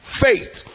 faith